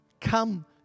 come